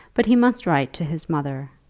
but he must write to his mother.